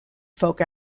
folk